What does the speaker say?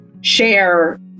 share